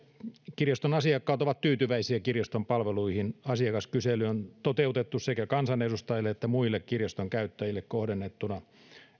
kirjaston asiakkaat ovat tyytyväisiä kirjaston palveluihin asiakaskysely on toteutettu sekä kansanedustajille että muille kirjaston käyttäjille kohdennettuna